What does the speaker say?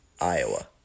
Iowa